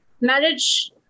marriage